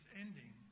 ending